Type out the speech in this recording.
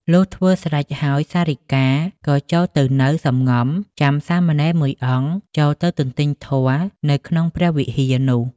លុះធ្វើស្រេចហើយ សារិកា ក៏ចូលទៅនៅសម្ងំចាំសាមណេរមួយអង្គចូលទៅទន្ទេញធម៌នៅក្នុងព្រះវិហារនោះ ។